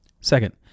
Second